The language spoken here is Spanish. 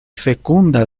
fecunda